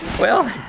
well,